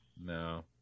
No